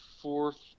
fourth